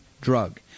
drug